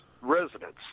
residents